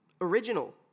original